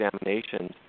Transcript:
examinations